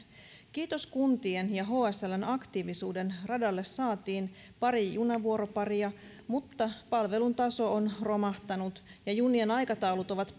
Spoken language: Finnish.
kiitos kuntien ja hsln aktiivisuuden radalle saatiin pari junavuoroparia mutta palvelun taso on romahtanut ja junien aikataulut ovat